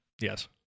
yes